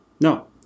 No